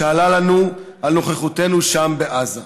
שעלתה לנו נוכחותנו שם בעזה.